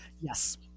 Yes